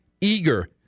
Eager